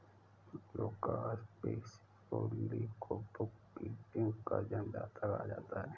Lucas Pacioli को bookkeeping का जन्मदाता कहा जाता है